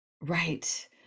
Right